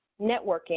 networking